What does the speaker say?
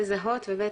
לזהות ו-ב.